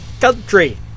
country